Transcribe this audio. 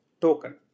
token